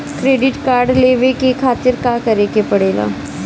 Credit card लेवे के खातिर का करेके पड़ेला?